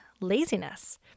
laziness